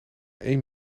één